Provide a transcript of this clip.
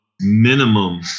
minimum